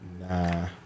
nah